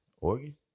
Oregon